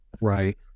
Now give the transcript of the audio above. Right